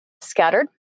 scattered